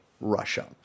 Russia